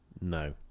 No